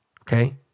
okay